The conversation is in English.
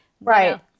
right